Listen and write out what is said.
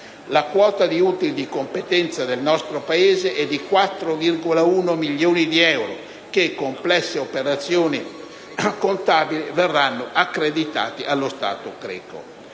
La quota di utili di competenza del nostro Paese è di 4,1 milioni di euro che, con complesse operazioni contabili, saranno accreditate alla Grecia.